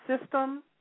system